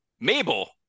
Mabel